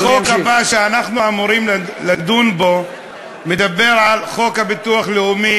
החוק הבא שאנחנו אמורים לדון בו מדבר על הביטוח הלאומי,